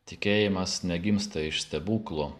tikėjimas negimsta iš stebuklų